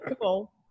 cool